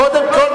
קודם כול,